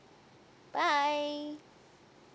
bye